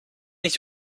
ich